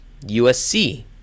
USC